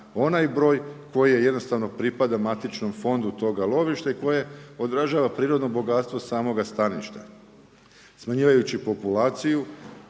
onaj broj koji jednostavno pripada matičnom fondu toga lovišta i koje odražava prirodno bogatstvo samoga staništa. Smanjujući populaciju